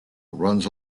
runs